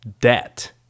debt